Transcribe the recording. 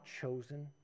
chosen